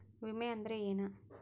ವಿಮೆ ಅಂದ್ರೆ ಏನ?